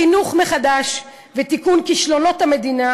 חינוך מחדש ותיקון כישלונות המדינה